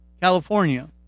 California